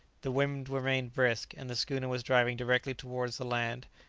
the wind remained brisk, and the schooner was driving directly towards the land,